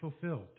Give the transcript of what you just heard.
fulfilled